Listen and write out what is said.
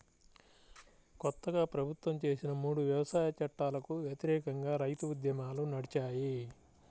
కొత్తగా ప్రభుత్వం చేసిన మూడు వ్యవసాయ చట్టాలకు వ్యతిరేకంగా రైతు ఉద్యమాలు నడిచాయి